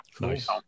Nice